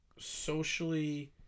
socially